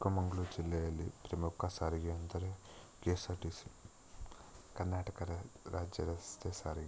ಚಿಕ್ಕ ಮಂಗ್ಳೂರು ಜಿಲ್ಲೆಯಲ್ಲಿ ಪ್ರಮುಖ ಸಾರಿಗೆ ಅಂದರೆ ಕೆಎಸ್ಆರ್ಟಿಸಿ ಕರ್ನಾಟಕ ರಾಜ್ಯ ರಸ್ತೆ ಸಾರಿಗೆ